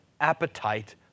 appetite